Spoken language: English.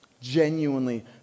Genuinely